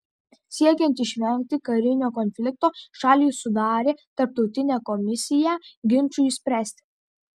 siekiant išvengti karinio konflikto šalys sudarė tarptautinę komisiją ginčui išspręsti